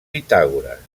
pitàgores